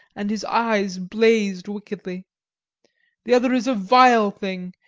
and his eyes blazed wickedly the other is a vile thing,